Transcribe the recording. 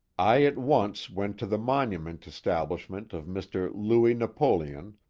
i at once went to the monument establishment of mr. louis napoleon,